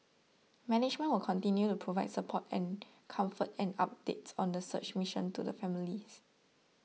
management will continue to provide support and comfort and updates on the search mission to the families